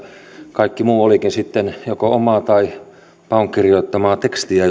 kaikki muu olikin sitten joko omaa tai paun kirjoittamaa tekstiä